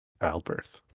childbirth